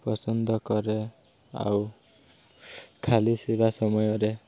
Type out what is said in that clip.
ପସନ୍ଦ କରେ ଆଉ ଖାଲି ଥିବା ସମୟରେ